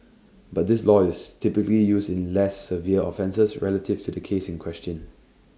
but this law is typically used in less severe offences relative to the case in question